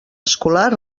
escolar